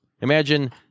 Imagine